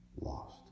lost